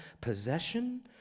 possession